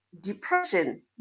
depression